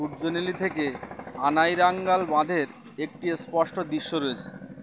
উজ্জলি থেকে আনাইরাঙ্গাল বাঁধের একটি এ স্পষ্ট দৃশ্য রয়েছে